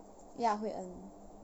ya hui en